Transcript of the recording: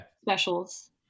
specials